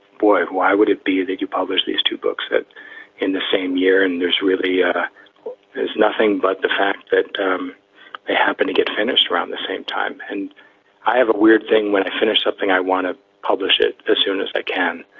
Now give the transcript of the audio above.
boy, why would it be that you publish these two books in the same year and there's really yeah nothing but the fact that um they happen to get finished around the same time. and i have a weird thing. when i finish something, i want to publish it as soon as i can.